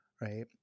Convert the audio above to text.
right